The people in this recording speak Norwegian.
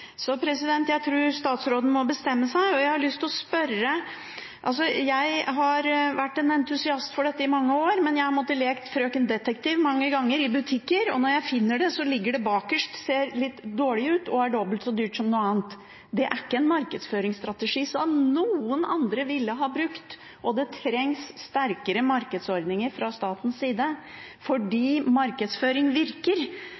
Så jeg tror statsråden må bestemme seg. Jeg har vært en entusiast for dette i mange år, men jeg har måttet leke Frøken detektiv mange ganger i butikker, og når jeg finner varene, ligger de bakerst, ser litt dårlige ut og er dobbelt så dyre som de andre. Det er ikke en markedsføringsstrategi som noen andre ville ha brukt, og det trengs sterkere markedsordninger fra statens side